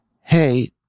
hey